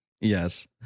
Yes